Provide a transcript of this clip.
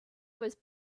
was